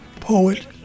poet